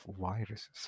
viruses